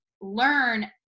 learn